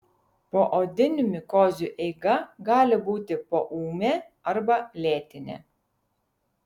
poodinių mikozių eiga gali būti poūmė arba lėtinė